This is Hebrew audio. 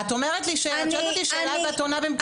את שואלת אותי ששאלה ואת עונה במקומי,